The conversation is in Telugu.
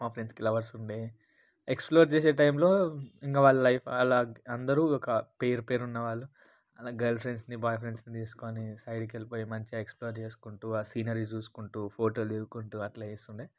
మా ఫ్రెండ్స్కి లవర్స్ ఉండే ఎక్స్ఫ్లోర్ చేసే టైములో ఇంక వాళ్ళ లైఫ్ వాళ్ళ అందరూ ఒక పెయిర్ పెయిరున్నవాళ్ళు అలా గర్ల్ ఫ్రెండ్స్ని బాయ్ ఫ్రెండ్స్ని తీసుకొని సైడికెళ్ళిపోయి మంచిగ ఎక్స్ఫ్లోర్ చేసుకుంటు సీనరీస్ చూసుకుంటు ఫోటోలు తీసుకుంటు అట్లే చేస్తుండే